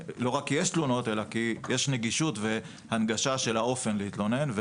אלא כי יש נגישות והנגשה של האופן להתלונן.